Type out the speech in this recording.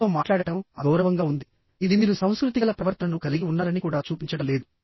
మీతో మాట్లాడటం అగౌరవంగా ఉందిఇది మీరు సంస్కృతిగల ప్రవర్తనను కలిగి ఉన్నారని కూడా చూపించడం లేదు